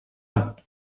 hat